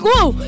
Woo